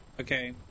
Okay